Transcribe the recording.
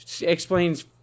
explains